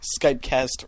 SkypeCast